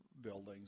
buildings